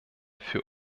für